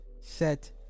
set